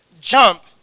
jump